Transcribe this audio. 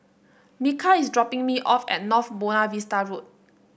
Micah is dropping me off at North Buona Vista Road